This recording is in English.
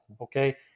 okay